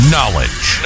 Knowledge